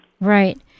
Right